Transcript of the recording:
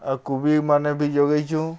ଆଉ କୁବିମାନେ ବି ଜଗେଇଛୁଁ